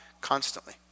constantly